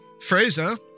Fraser